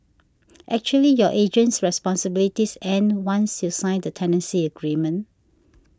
actually your agent's responsibilities end once you sign the tenancy agreement